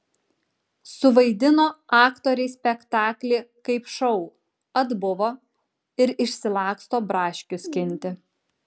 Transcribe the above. suvaidino aktoriai spektaklį kaip šou atbuvo ir išsilaksto braškių skinti